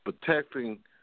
protecting